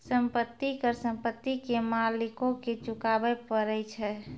संपत्ति कर संपत्ति के मालिको के चुकाबै परै छै